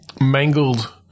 Mangled